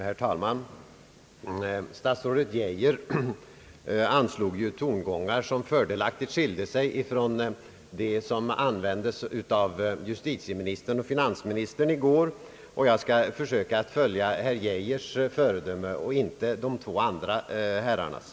Herr talman! Statsrådet Geijer anslog tongångar, som fördelaktigt skilde sig från dem som användes av justitieministern och finansministern i går. Jag skall försöka följa herr Geijers föredöme och inte de två andra herrarnas.